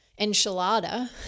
enchilada